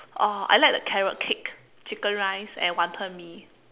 oh I like the carrot cake chicken rice and wanton mee